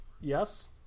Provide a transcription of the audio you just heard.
yes